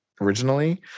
originally